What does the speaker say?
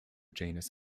genus